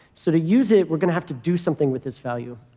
so to use it, we're going to have to do something with this value,